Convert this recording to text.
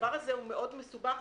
הדבר הזה מסובך מאוד.